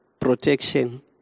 protection